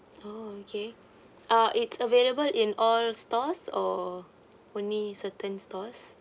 oh okay uh it's available in all stores or only certain stores